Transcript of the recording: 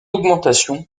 augmentation